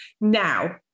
Now